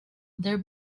their